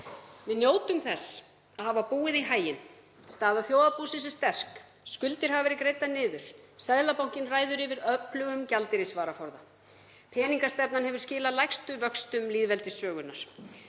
Við njótum þess að hafa búið í haginn; staða þjóðarbúsins er sterk, skuldir hafa verið greiddar niður og Seðlabankinn ræður yfir öflugum gjaldeyrisvaraforða. Peningastefnan hefur skilað lægstu vöxtum lýðveldissögunnar.